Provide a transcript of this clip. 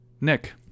Nick